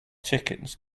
chickens